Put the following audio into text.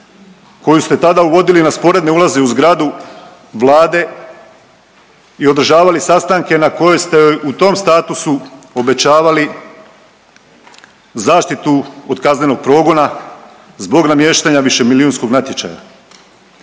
koju ste tada uvodili na sporedne ulaze u zgradu Vlade i održavali sastanke na kojem ste joj u tom statusu obećavali zaštitu od kaznenog progona zbog namještanja višemilijunskog natječaja.